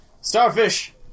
Starfish